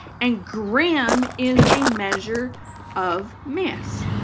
and gram is a measure of mass,